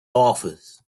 office